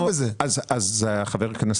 מצב שנתנו לו סמכות אבל זה ריק מתוכן.